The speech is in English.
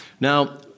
Now